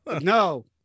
No